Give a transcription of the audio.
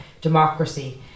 democracy